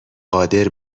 قادر